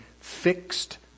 fixed